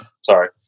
Sorry